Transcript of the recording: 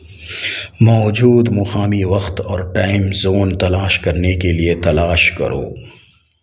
موجود مقامی وقت اور ٹائم زون تلاش کرنے کے لیے تلاش کرو